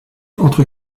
entre